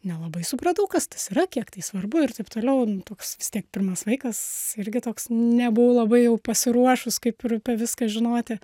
nelabai supratau kas tas yra kiek tai svarbu ir taip toliau toks vis tiek pirmas vaikas irgi toks nebuvo labai jau pasiruošus kaip ir apie viską žinoti